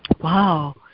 Wow